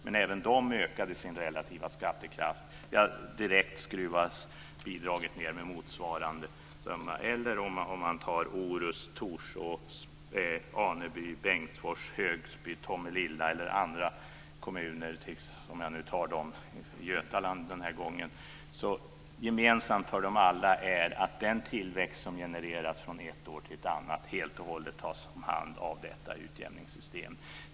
Men även där ökades skattekraften, och direkt minskades bidraget med motsvarande summa. Gemensamt för Orust, Torsås, Aneby, Bengtsfors, Högsby, Tomelilla i Götaland är att den tillväxt som genereras från ett år till ett annat helt och hållet äts upp av detta utjämningssystem.